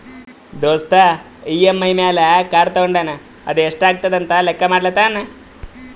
ದೋಸ್ತ್ ಇ.ಎಮ್.ಐ ಮ್ಯಾಲ್ ಕಾರ್ ತೊಂಡಾನ ಅದು ಎಸ್ಟ್ ಆತುದ ಅಂತ್ ಲೆಕ್ಕಾ ಮಾಡ್ಲತಾನ್